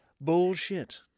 Bullshit